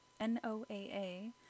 NOAA